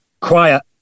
quiet